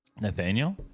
Nathaniel